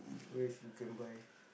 which you can buy